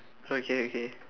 okay okay